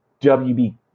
wb